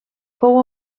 fou